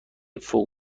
فوق